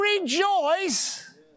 rejoice